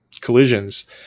collisions